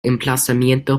emplazamiento